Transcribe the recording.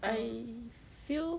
I feel